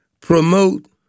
promote